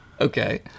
Okay